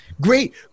Great